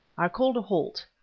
i called a halt,